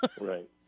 Right